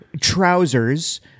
trousers